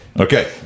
Okay